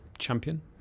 champion